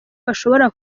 bashobora